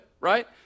right